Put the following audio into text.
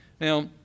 Now